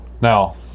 Now